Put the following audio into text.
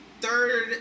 third